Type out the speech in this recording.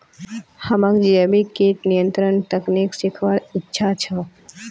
हमाक जैविक कीट नियंत्रण तकनीक सीखवार इच्छा छ